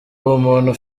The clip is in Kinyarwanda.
ubumuntu